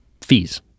fees